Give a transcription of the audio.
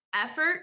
effort